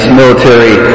military